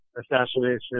assassination